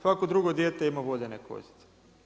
Svako drugo dijete ima vodene kozice.